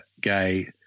gay